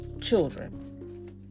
children